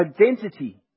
identity